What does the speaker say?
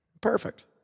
Perfect